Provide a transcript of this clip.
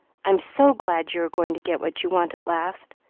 i'm so glad you are going to get what you want at last